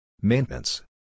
Maintenance